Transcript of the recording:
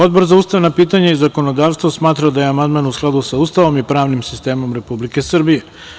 Odbor za ustavna pitanja i zakonodavstvo smatra da je amandman u skladu sa Ustavom i pravnim sistemom Republike Srbije.